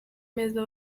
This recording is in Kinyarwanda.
meza